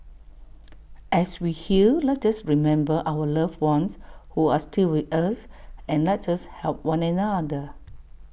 as we heal let us remember our loved ones who are still with us and let us help one another